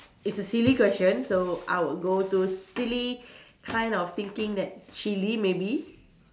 it's a silly question so I'll go to silly kind of thinking that chili maybe